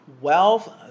wealth